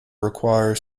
require